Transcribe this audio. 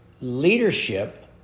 Leadership